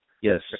Yes